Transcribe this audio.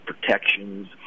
protections